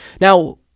Now